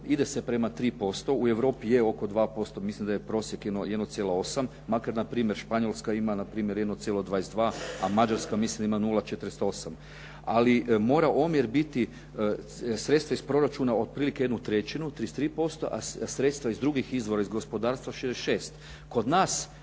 ide se prema 3%. U Europi je oko 2%, mislim da je prosjek 1,8 makar na primjer Španjolska ima na primjer 1,22 a Mađarska mislim da ima 0,48. Ali mora omjer biti sredstva iz proračuna otprilike 1/3, 33% a sredstva iz drugih izvora iz gospodarstva 66.